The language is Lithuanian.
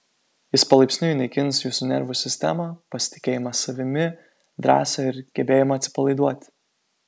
jis palaipsniui naikins jūsų nervų sistemą pasitikėjimą savimi drąsą ir gebėjimą atsipalaiduoti